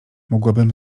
mogłabym